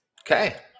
Okay